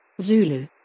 Zulu